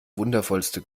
wundervollste